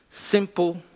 simple